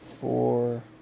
four